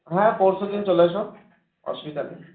হ্যাঁ পরশুদিন চলে এসো অসুবিধা নেই